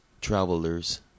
traveler's